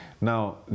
Now